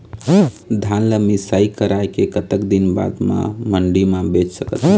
धान ला मिसाई कराए के कतक दिन बाद मा मंडी मा बेच सकथन?